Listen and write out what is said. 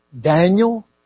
Daniel